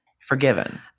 forgiven